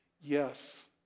yes